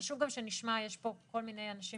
חשוב שנשמע, יש פה כל מיני אנשים